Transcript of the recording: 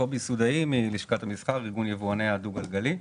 סודאי מלשכת המסחר, ארגון יבואני הדו גלגלי.